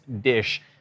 dish